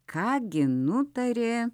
ką gi nutarė